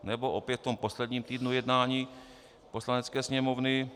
Nebo opět v posledním týdnu jednání Poslanecké sněmovny...